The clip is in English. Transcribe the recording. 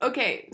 Okay